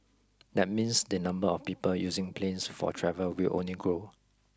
that means the number of people using planes for travel will only grow